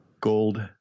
gold